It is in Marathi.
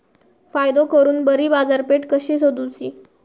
फायदो करून बरी बाजारपेठ कशी सोदुची?